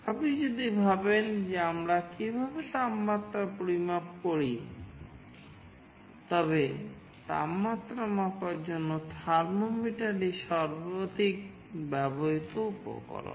আপনি যদি ভাবেন যে আমরা কীভাবে তাপমাত্রা পরিমাপ করি তবে তাপমাত্রা মাপার জন্য থার্মোমিটারই সর্বাধিক ব্যবহৃত উপকরণ